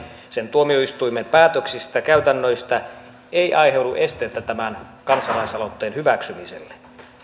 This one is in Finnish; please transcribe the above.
sen tuomioistuimen päätöksistä ja käytännöistä ei aiheudu esteitä tämän kansalaisaloitteen hyväksymiselle